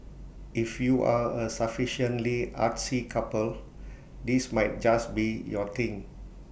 if you are A sufficiently artsy couple this might just be your thing